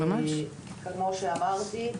כמו שאמרתי,